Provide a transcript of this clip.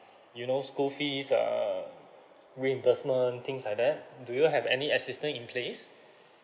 you know school fees err reimbursement things like that do you have any assistance in place